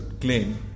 claim